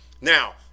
Now